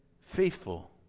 faithful